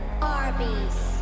Arby's